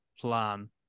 plan